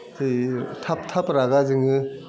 जेरै थाब थाब रागा जोङो